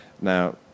Now